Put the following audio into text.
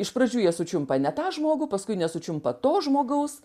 iš pradžių jie sučiumpa ne tą žmogų paskui nesučiumpa to žmogaus